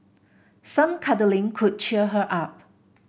some cuddling could cheer her up